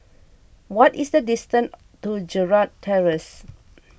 what is the distance to Gerald Terrace